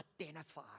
identify